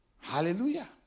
Hallelujah